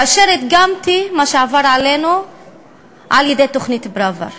היה הרגע כאשר הדגמתי מה שעבר עלינו על-ידי תוכנית פראוור.